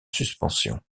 suspension